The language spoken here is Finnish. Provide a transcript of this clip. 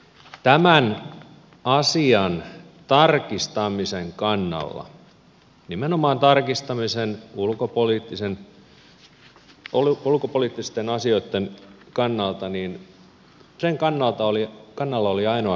tämän asian tarkistamisen kannalla nimenomaan tarkistamisen ulkopoliittisten asioitten kannalta olivat ainoastaan perussuoma laiset